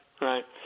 right